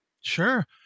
Sure